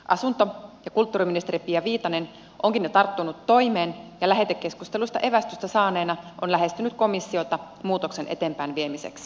asunto ja kulttuuriministeri pia viitanen onkin jo tarttunut toimeen ja lähetekeskustelusta evästystä saaneena on lähestynyt komissiota muutoksen eteenpäinviemiseksi